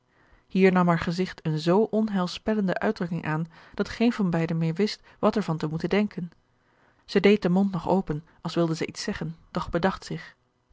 hier nam haar gezigt eene z onheilspellende uitdrukking aan dat geen van beide meer wist wat er van te moeten denken zij deed den mond nog open als wilde zij iets zeggen doch bedacht zich